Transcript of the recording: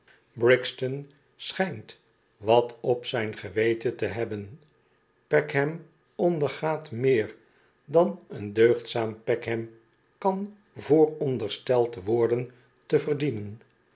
riston schijnt wat op zijn geweten te hebben p eekham ondergaat meer dan een deugdzaam peckham kan voorondersteld worden te verdienen